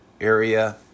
area